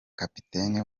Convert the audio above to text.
kapiteni